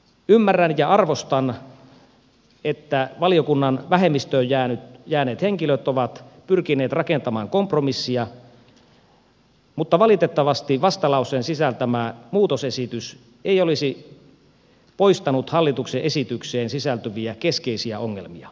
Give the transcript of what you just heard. ymmärrän ja arvostan että valiokunnan vähemmistöön jääneet henkilöt ovat pyrkineet rakentamaan kompromissia mutta valitettavasti vastalauseen sisältämä muutosesitys ei olisi poistanut hallituksen esitykseen sisältyviä keskeisiä ongelmia